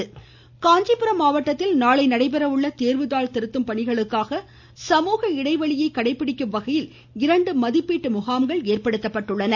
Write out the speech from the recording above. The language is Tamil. விடைத்தாள் காஞ்சிபுரம் மாவட்டத்தில் நாளை நடைபெற உள்ள தேர்வு தாள் திருத்தும் பணிகளுக்காக சமூக இடைவெளியை கடைபிடிக்கும் வகையில் இரண்டு மதிப்பீட்டு முகாம்கள் ஏற்படுத்தப்பட்டுள்ளன